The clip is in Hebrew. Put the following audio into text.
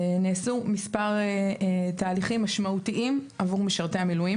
נעשו מספר תהליכים משמעותיים עבור משרתי המילואים